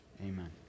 amen